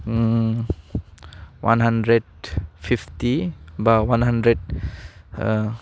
one hundred fifty बा one hundred